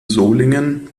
solingen